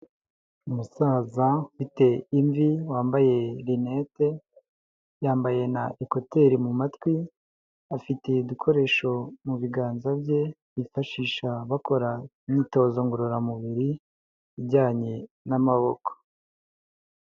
Umusaza ufite imvi wambaye rinete yambaye na ekuteri mu matwi, afite udukoresho mu biganza bye bifashisha bakora imyitozo ngororamubiri ijyanye n'amaboko.